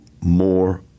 more